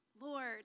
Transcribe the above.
Lord